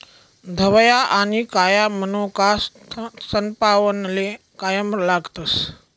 धवया आनी काया मनोका सनपावनले कायम लागतस